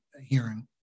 hearing